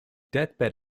deathbed